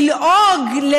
ללעוג,